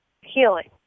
healing